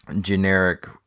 generic